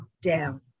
down